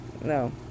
no